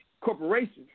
Corporations